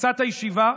והריסת הישיבה.